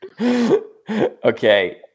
Okay